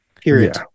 period